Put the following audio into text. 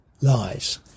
lies